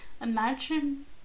Imagine